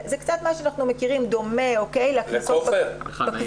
לכופר.